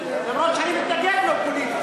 למרות שאני מתנגד לו פוליטית,